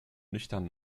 nüchtern